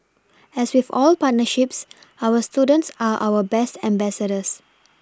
as with all partnerships our students are our best ambassadors